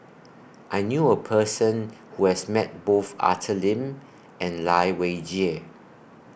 I knew A Person Who has Met Both Arthur Lim and Lai Weijie